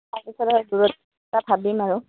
এইফালে দূৰত এটা ভাবিম আৰু